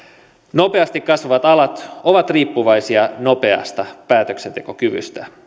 nopeasti kasvavat alat ovat riippuvaisia nopeasta päätöksentekokyvystä